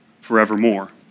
forevermore